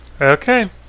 Okay